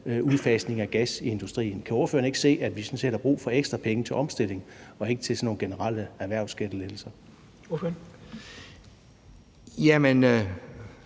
udfasning af gas i industrien. Kan ordføreren ikke se, at vi sådan set har brug for ekstra penge til omstilling og ikke til sådan nogle generelle erhvervsskattelettelser? Kl.